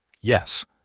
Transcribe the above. Yes